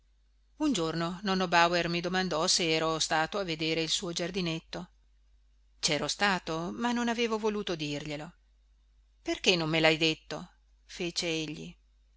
un giorno nonno bauer mi domandò se ero stato a vedere il suo giardinetto cero stato ma non avevo voluto dirglielo perché non me lhai detto fece egli